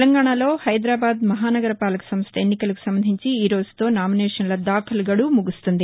తెలంగాణాలో హైదరాబాద్ మహానగర పాలక సంస్థ ఎన్నికలకు సంబంధించి ఈరోజుతో నామినేషన్ల దాఖలు గడువు ముగుస్తుంది